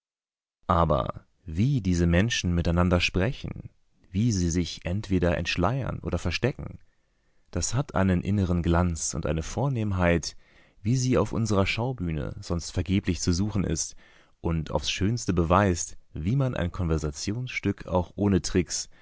aber wie diese menschen miteinander sprechen wie sie sich entweder entschleiern oder verstecken das hat einen inneren glanz und eine vornehmheit wie sie auf unserer schaubühne sonst vergeblich zu suchen ist und aufs schönste beweist wie man ein konversationsstück auch ohne